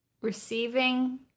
receiving